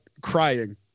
crying